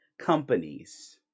companies